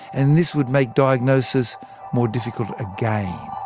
and this would make diagnosis more difficult again.